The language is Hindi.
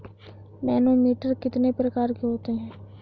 मैनोमीटर कितने प्रकार के होते हैं?